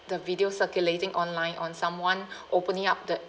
the video circulating online on someone opening up the